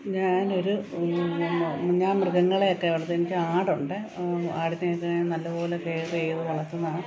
ഞാനൊരു ഞാൻ മൃഗങ്ങളെ ഒക്കെ വളർത്തും എനിക്ക് ആട് ഉണ്ട് ആടിനെ ഒക്കെ ഞാൻ നല്ലതുപോലെ കെയർ ചെയ്ത് വളർത്തുന്നതാണ്